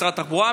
משרד התחבורה,